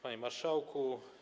Panie Marszałku!